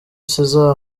césar